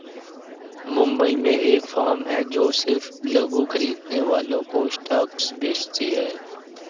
मुंबई में एक फार्म है जो सिर्फ लघु खरीदने वालों को स्टॉक्स बेचती है